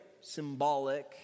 symbolic